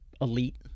Elite